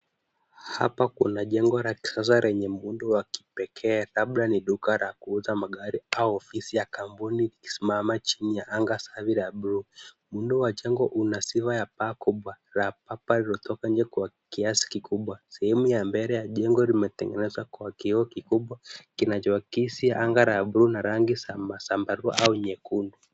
Hapa kuna jengo la kisasa lenye muundo wa kipekee labda ni duka la kuuza magari au ofisi ya kampuni ikisimama chini ya anga safi la bluu. Muundo wa jengo una sifa ya paa kubwa la papa lililotoka nje kwa kiasi kikubwa. Sehemu ya mbele jengo limetengenezwa kwa kioo kikubwa kinachoakisi anga la bluu na rangi za zambarau au nyekundu.